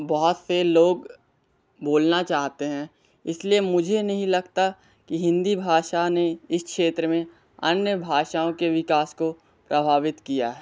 बहुत से लोग बोलना चाहते हैं इसलिए मुझे नहीं लगता की हिंदी भाषा ने इस क्षेत्र में अन्य भाषाओं के विकास को प्रभावित किया है